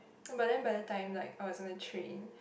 some but then but the time like I was in a train